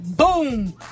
Boom